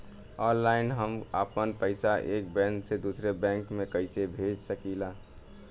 Online हम आपन पैसा एक बैंक से दूसरे बैंक में कईसे भेज सकीला?